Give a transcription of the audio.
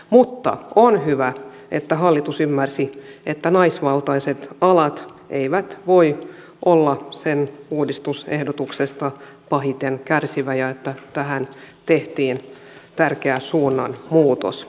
mutta on hyvä että hallitus ymmärsi että naisvaltaiset alat eivät voi olla sen uudistusehdotuksesta pahiten kärsiviä ja tähän tehtiin tärkeä suunnanmuutos